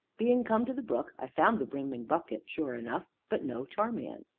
being come to the brook i found the brimming bucket, sure enough, but no charmian.